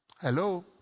Hello